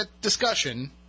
discussion